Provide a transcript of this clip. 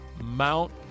Mount